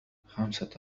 خمس